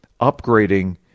upgrading